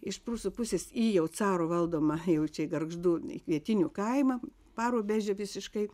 iš prūsų pusės į jau caro valdomą jau čia gargždų kvietinių kaimą parubežę visiškai